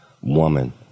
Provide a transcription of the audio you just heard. Woman